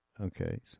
Okay